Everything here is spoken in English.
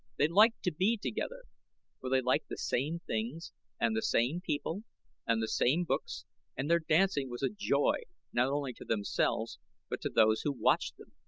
they liked to be together, for they liked the same things and the same people and the same books and their dancing was a joy, not only to themselves but to those who watched them.